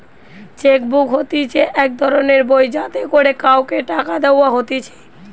check book হতিছে এক ধরণের বই যাতে করে কাওকে টাকা দেওয়া হতিছে